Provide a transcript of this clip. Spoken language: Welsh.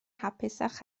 hapusach